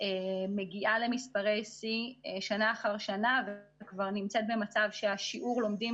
מגיעה למספרי שיא שנה אחר שנה והיא כבר נמצאת במצב ששיעור הלומדים